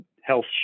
health